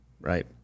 Right